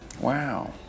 wow